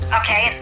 okay